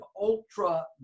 ultra